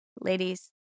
Ladies